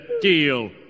deal